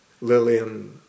Lillian